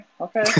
okay